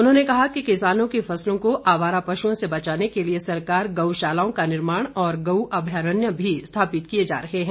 उन्होंने कहा कि किसानों की फसलों को आवारा पशुओं से बचाने के लिए सरकार गौशालाओं का निर्माण और गउ अम्यारण्य भी स्थापित किए जा रहे हैं